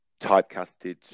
typecasted